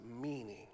meaning